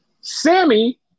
Sammy